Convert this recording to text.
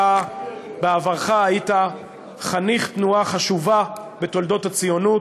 אתה בעברך היית חניך תנועה חשובה בתולדות הציונות,